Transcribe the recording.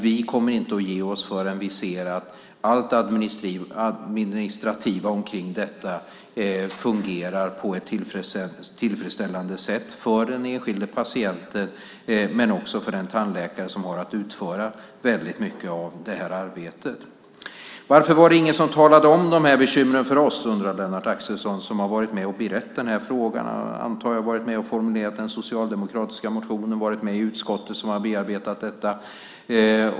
Vi kommer inte att ge oss förrän vi ser att allt det administrativa omkring detta fungerar på ett tillfredsställande sätt, för den enskilde patienten men också för den tandläkare som har att utföra väldigt mycket av detta arbete. Varför var det ingen som talade om de här bekymren för oss, undrar Lennart Axelsson, som har varit med och berett den här frågan och, antar jag, varit med och formulerat den socialdemokratiska motionen och varit med i utskottet som har bearbetat detta.